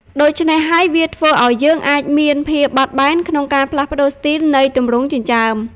ដូច្នេះហើយ វាធ្វើអោយយើងអាចមានភាពបត់បែនក្នុងការផ្លាស់ប្តូរស្ទីលនៃទម្រង់ចិញ្ចើម។